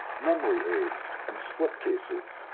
memory aids, and slip cases,